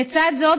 לצד זאת,